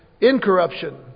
incorruption